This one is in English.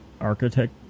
architect